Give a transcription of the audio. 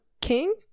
king